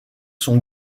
son